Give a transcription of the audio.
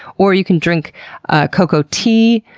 or you can drink ah coca tea.